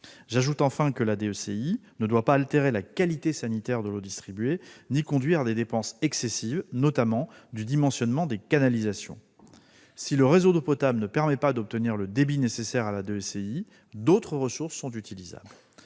J'ajoute enfin que la DECI ne doit pas altérer la qualité sanitaire de l'eau distribuée ni conduire à des dépenses excessives, au regard, notamment, du dimensionnement des canalisations. Si le réseau d'eau potable ne permet pas d'obtenir le débit nécessaire à la DECI, d'autres ressources sont utilisables.